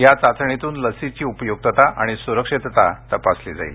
या चाचणीतून लसीची उपय्क्तता आणि स्रक्षितता तपासली जाईल